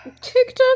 TikTok